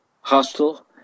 hostile